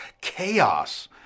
chaos